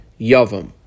Yavam